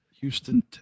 Houston